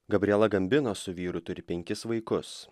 gabriela gambino su vyru turi penkis vaikus